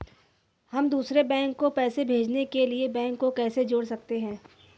हम दूसरे बैंक को पैसे भेजने के लिए बैंक को कैसे जोड़ सकते हैं?